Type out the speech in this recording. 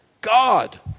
God